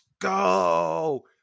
go